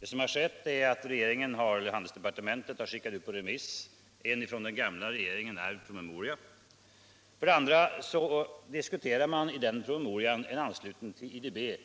Vad som har skett är att handelsdepartementet skickat ut på remiss en från den gamla regeringen ärvd promemoria. För det andra diskuterar man i den promemorian en anslutning till IDB